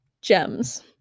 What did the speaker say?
gems